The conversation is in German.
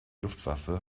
luftwaffe